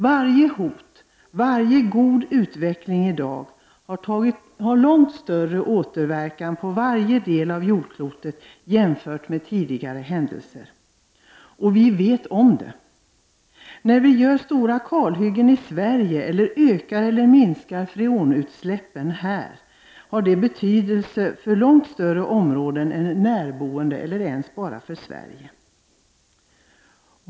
Varje hot och varje god utveckling i dag har långt större återverkan på samtliga delar av jordklotet jämfört med tidigare händelser. Och vi vet om det. När vi gör stora kalhyggen i Sverige resp. ökar eller minskar freonutsläppen har det betydelse för långt större områden än de närboende. Det har t.o.m. betydelse för områden utanför Sverige.